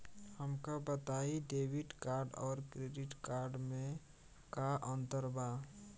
हमका बताई debit card और क्रेडिट कार्ड में का अंतर बा?